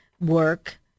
work